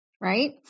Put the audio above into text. right